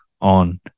on